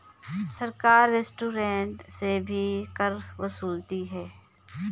सरकार रेस्टोरेंट से भी कर वसूलती है